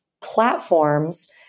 platforms